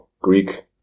Greek